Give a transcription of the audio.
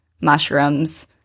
mushrooms